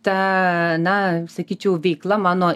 ta na sakyčiau veikla mano